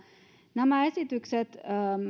nämä esitykset